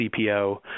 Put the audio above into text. CPO